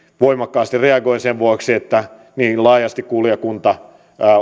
voimakkaasti reagoin sen vuoksi että niin laajasti kuulijakunta